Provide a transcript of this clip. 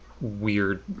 weird